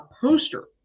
poster